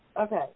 Okay